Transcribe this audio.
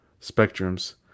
spectrums